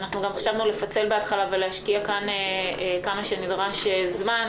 גם חשבנו לפצל בהתחלה ולהשקיע כמה זמן שנדרש כאן,